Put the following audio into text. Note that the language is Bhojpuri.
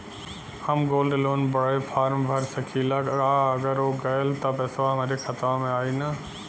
हम गोल्ड लोन बड़े फार्म भर सकी ला का अगर हो गैल त पेसवा हमरे खतवा में आई ना?